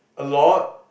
a lot